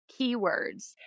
keywords